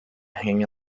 hanging